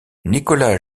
nikola